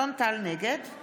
נגד דסטה